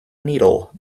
needle